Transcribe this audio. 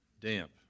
damp